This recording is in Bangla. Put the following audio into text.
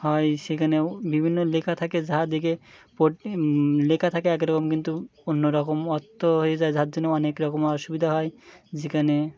হয় সেখানে বিভিন্ন লেখা থাকে যা দিকে লেখা থাকে এক রকম কিন্তু অন্য রকম অর্থ হয়ে যায় যার জন্য অনেক রকম অসুবিধা হয় যেখানে